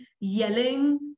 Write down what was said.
yelling